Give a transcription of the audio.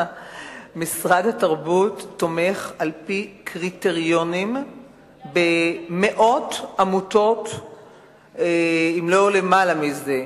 משרד התרבות תומך על-פי קריטריונים במאות עמותות אם לא למעלה מזה.